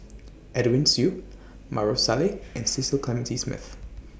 Edwin Siew Maarof Salleh and Cecil Clementi Smith